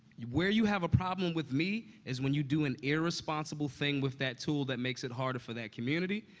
where you have a problem with me is when you do an irresponsible thing with that tool that makes it harder for that community,